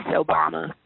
obama